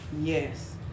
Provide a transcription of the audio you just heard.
yes